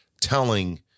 telling